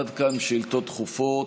עד כאן שאילתות דחופות.